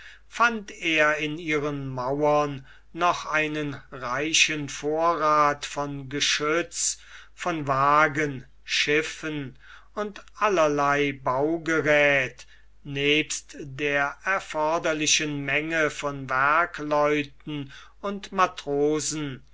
fand er in ihren mauern noch einen reichen vorrath von geschütz von wagen schiffen und allerlei baugeräthe nebst der erforderlichen menge von werkleuten und matrosen